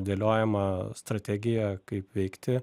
dėliojama strategija kaip veikti